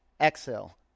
exhale